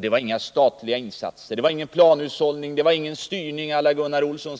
Det var inga statliga insatser, det var ingen planhushållning, det var ingen styrning å la Gunnar Olsson,